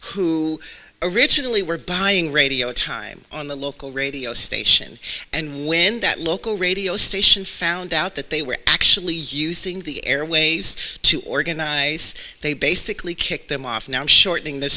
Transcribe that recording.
who originally were buying radio time on the local radio station and when that local radio station found out that they were actually using the airwaves to organize they basically kicked them off now shortening the